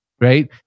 right